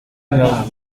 nka